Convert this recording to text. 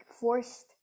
forced